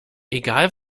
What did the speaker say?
egal